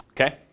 Okay